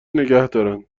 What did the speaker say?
نگهدارن